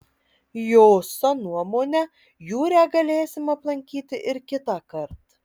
joso nuomone jūrę galėsim aplankyti ir kitąkart